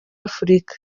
afurika